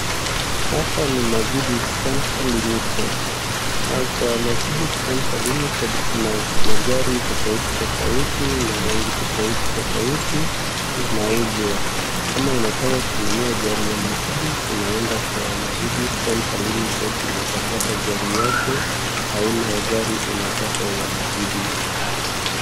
Hapa ni Mercedes Centre Limited . Kwa Mercedes Centre Limited kuna magari tofauti tofauti na rangi tofauti tofauti inauzwa. Kama unataka kununua gari ya mercedes, unaenda kwa Mercedes Centre Limited na utapata gari yako, aina ya gari unataka ya Mercedes.